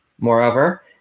Moreover